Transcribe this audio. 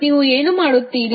ನೀವು ಏನು ಮಾಡುತ್ತೀರಿ